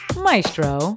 maestro